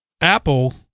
apple